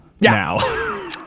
now